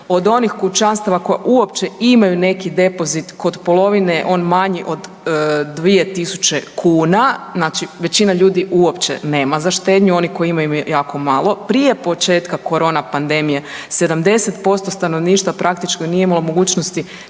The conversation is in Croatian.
Od onih kućanstava koja uopće imaju neki depozit kod polovine je on manji od 2.000 kuna, znači većina ljudi uopće nema za štednju, oni koji imaju imaju jako malo. Prije početka korona pandemije 70% stanovništva praktički nije imalo mogućnosti,